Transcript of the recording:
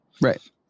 right